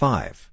five